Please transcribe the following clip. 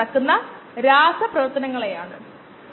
നിരക്ക് തന്നെ പ്രധാനമാണ്